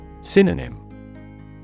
Synonym